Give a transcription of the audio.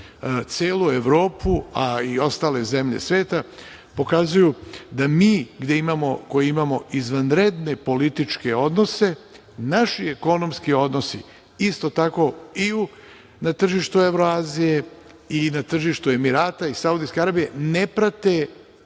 celu Evropu, a i ostale zemlje sveta, pokazuju da mi koji imamo izvanredne političke odnose naši ekonomski odnosi isto tako i na tržištu Evroazije i na tržištu Emirata i Saudijske Arabije ne prate